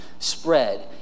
Spread